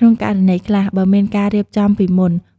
ការចែករំលែកបទពិសោធន៍